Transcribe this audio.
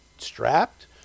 strapped